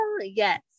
Yes